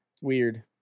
weird